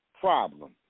problem